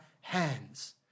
hands